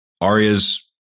Aria's